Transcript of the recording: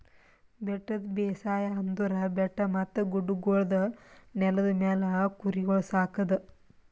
ಬೆಟ್ಟದ ಬೇಸಾಯ ಅಂದುರ್ ಬೆಟ್ಟ ಮತ್ತ ಗುಡ್ಡಗೊಳ್ದ ನೆಲದ ಮ್ಯಾಲ್ ಕುರಿಗೊಳ್ ಸಾಕದ್